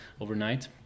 overnight